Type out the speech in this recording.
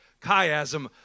chiasm